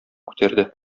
күтәрде